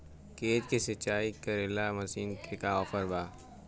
खेत के सिंचाई करेला मशीन के का ऑफर बा?